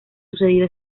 sucedido